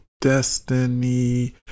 destiny